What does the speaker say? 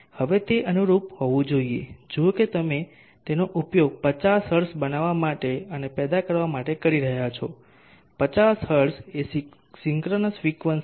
હવે તે અનુરૂપ હોવું જોઈએ જુઓ કે તમે તેનો ઉપયોગ 50 હર્ટ્ઝ બનાવવા માટે અને પેદા કરવા માટે કરી રહ્યાં છો 50 હર્ટ્ઝ એ સિંક્રનસ ફ્રીક્વન્સી છે